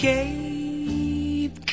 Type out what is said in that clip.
Cape